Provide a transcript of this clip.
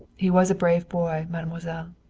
he was a brave boy, mademoiselle.